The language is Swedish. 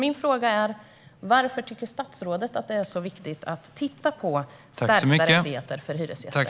Min fråga är: Varför tycker statsrådet att det är viktigt att titta på stärkta rättigheter för hyresgäster?